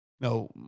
No